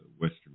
Western